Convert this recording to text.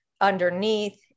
underneath